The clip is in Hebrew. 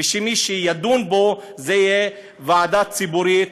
ושמי שידון בו יהיה ועדה ציבורית,